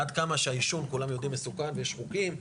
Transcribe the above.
עד כמה שהעישון כולם יודעים מסוכן ויש חוקים,